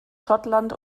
schottland